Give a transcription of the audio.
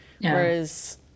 Whereas